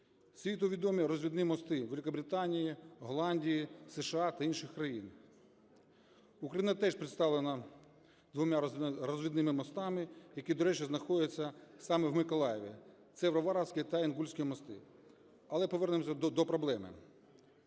Світу відомі розвідні мости Великобританії, Голландії, США та інших країн. Україна теж представлена двома розвідними мостами, які, до речі, знаходяться саме в Миколаєві – це Варварівський та Інгульський мости. Але повернемося до проблеми.